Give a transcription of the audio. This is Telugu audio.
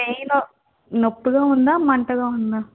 పెయిను నొప్పిగా ఉందా మంటగా ఉందా